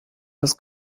das